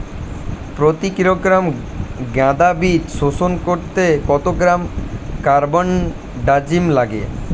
প্রতি কিলোগ্রাম গাঁদা বীজ শোধন করতে কত গ্রাম কারবানডাজিম লাগে?